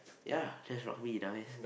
ya that's rugby dumb ass